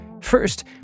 First